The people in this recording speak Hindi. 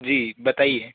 जी बताइए